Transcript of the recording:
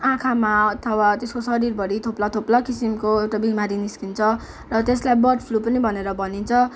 आँखामा अथवा त्यस्को शरीरभरि थोप्ला थोप्ला किसिमको एउटा बिमारी निस्किन्छ र त्यस्लाई बर्डफ्लु पनि भनेर भनिन्छ